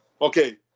Okay